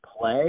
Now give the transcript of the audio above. play